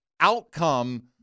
outcome